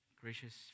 Gracious